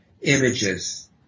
images